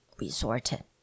resorted